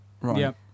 Right